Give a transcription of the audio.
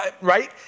right